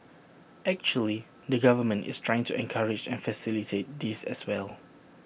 actually the government is trying to encourage and facilitate this as well